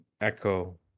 Echo